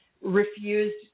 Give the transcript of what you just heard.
refused